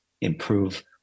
improve